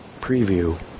preview